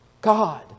God